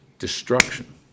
Destruction